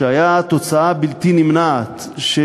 שהיה תוצאה בלתי נמנעת של